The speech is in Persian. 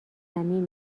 زمین